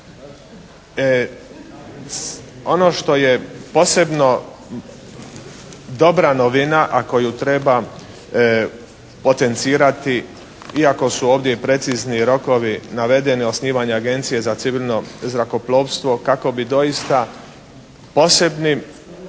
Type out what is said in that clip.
Ono što je posebno dobra novina, a koju treba potencirati iako su ovdje precizni rokovi navedeni osnivanja Agencije za civilno zrakoplovstvo, kako bi doista posebnim